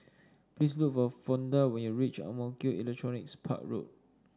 please look for Fonda when you reach Ang Mo Kio Electronics Park Road